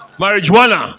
marijuana